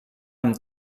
amb